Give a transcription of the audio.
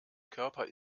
körper